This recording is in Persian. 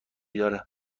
داره